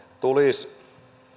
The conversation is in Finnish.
tulisi